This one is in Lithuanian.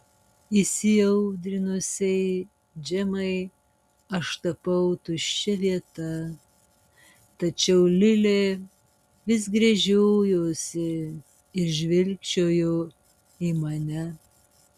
įsiaudrinusiai džemai aš tapau tuščia vieta tačiau lilė vis gręžiojosi ir žvilgčiojo į mane